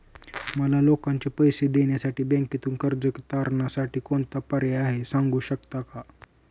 मला लोकांचे पैसे देण्यासाठी बँकेतून कर्ज तारणसाठी कोणता पर्याय आहे? सांगू शकता का?